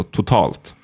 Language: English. totalt